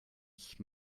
ich